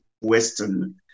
Western